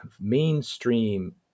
mainstream